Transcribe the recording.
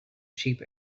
cheap